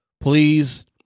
please